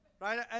right